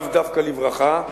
לאו דווקא לברכה,